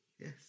Yes